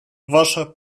ваше